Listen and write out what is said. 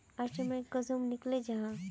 Statement कुंसम निकले जाहा?